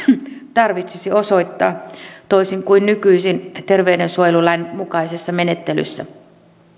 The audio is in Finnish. tarvitsisi osoittaa toisin kuin nykyisin terveydensuojelulain mukaisessa menettelyssä